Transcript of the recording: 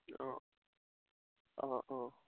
অঁ অঁ অঁ